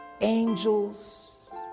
Angels